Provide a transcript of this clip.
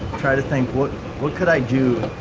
try to think what what could i do?